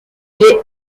est